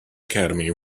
academy